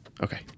Okay